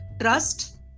trust